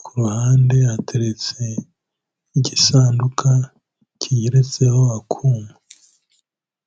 ku ruhande hateretse igisanduka kigeretseho akuma.